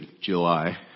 July